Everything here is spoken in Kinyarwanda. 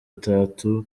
itatu